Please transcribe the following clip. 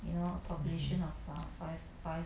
mmhmm